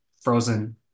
frozen